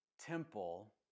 temple